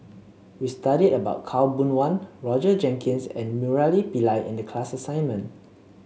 we studied about Khaw Boon Wan Roger Jenkins and Murali Pillai in the class assignment